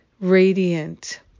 radiant